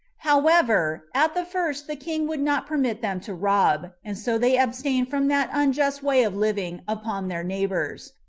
however, at the first the king would not permit them to rob, and so they abstained from that unjust way of living upon their neighbors,